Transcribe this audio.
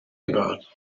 about